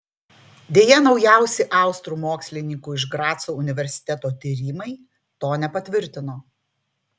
deja naujausi austrų mokslininkų iš graco universiteto tyrimai to nepatvirtino